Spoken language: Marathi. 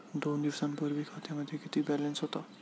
दोन दिवसांपूर्वी खात्यामध्ये किती बॅलन्स होता?